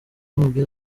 mubwire